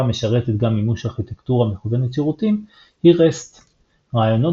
המשרתת גם מימוש ארכיטקטורה מכוונת שירותים היא REST. רעיונות